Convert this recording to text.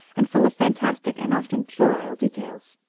and full of fantastic and often puerile details.